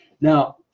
Now